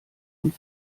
und